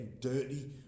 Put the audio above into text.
dirty